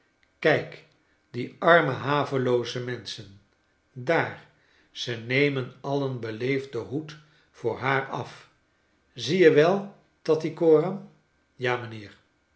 kijk die arme havelooze menschen daar ze nemen alien beleefd den hoed voor haar af zie je wel tattycoram ja mijnheer